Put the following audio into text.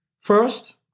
First